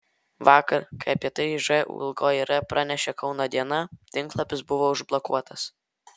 vakar kai apie tai žūr pranešė kauno diena tinklapis buvo užblokuotas